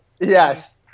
Yes